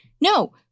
No